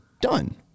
done